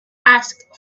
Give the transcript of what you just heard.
ask